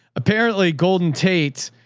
apparently golden tate,